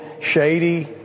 shady